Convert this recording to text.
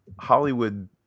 hollywood